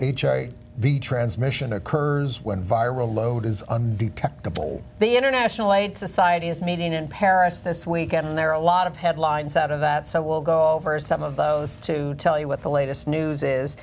the transmission occurs when viral load is undetectable the international aid society is meeting in paris this week and there are a lot of headlines out of that so we'll go over some of those to tell you what the latest news is